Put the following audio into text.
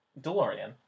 delorean